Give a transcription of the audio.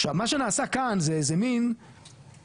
עכשיו מה שנעשה כאן זה איזה מין תרגיל,